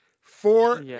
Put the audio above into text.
Four